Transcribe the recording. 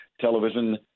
television